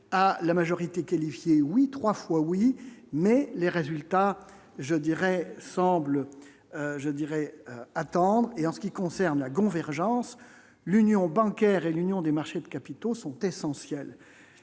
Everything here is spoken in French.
à la majorité qualifiée, oui, 3 fois oui mais les résultats je dirais semble je dirais à tendre et en ce qui concerne la convergence l'union bancaire et l'Union des marchés de capitaux sont essentielles,